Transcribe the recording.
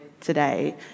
today